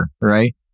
right